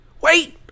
wait